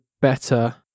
better